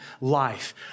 life